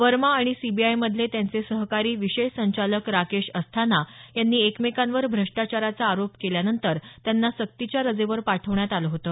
वर्मा आणि सीबीआयमधले त्यांचे सहकारी विशेष संचालक राकेश अस्थाना यांनी एकमेकांवर भ्रष्टाचाराचा आरोप केल्यानंतर त्यांना सक्तीच्या रजेवर पाठवण्यात आलं होतं